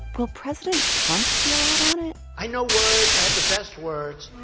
will president trump be allowed on it? i know words. i have the best words